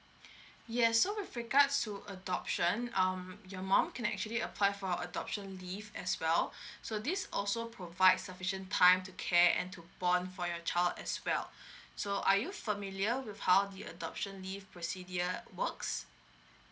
yes so with regards to adoption um your mum can actually apply for a adoption leave as well so this also provide sufficient time to care and to born for your child as well so are you familiar with how the adoption leave procedure works